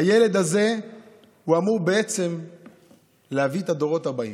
הילד הזה אמור להביא את הדורות הבאים.